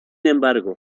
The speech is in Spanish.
embargo